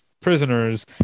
prisoners